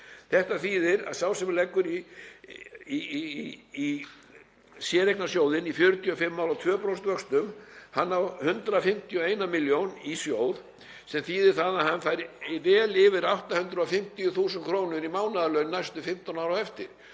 Þetta þýðir að sá sem leggur í séreignarsjóð í 45 ár á 2% vöxtum á 151 milljón í sjóði, sem þýðir það að hann fær vel yfir 850.000 kr. í mánaðarlaun næstu 15 ár á eftir.